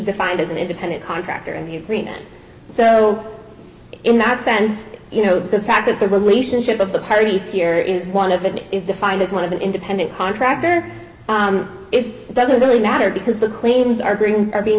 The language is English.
defined as an independent contractor in the agreement so in that sense you know the fact that the relationship of the parties here is one of it is defined as one of an independent contractor if it doesn't really matter because the claims are being